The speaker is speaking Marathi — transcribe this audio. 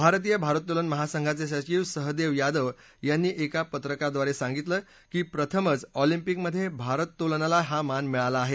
भारतीय भारोत्तोलन महासंघाचे सचिव सहदेव यादव यांनी एका पत्रकाद्वारे सांगितलं की प्रथमच ऑलिम्पिकमध्ये भारोत्तोलनाला हा मान मिळाला आहे